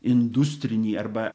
industrinį arba